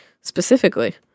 specifically